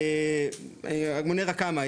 אני מונה רק כמה,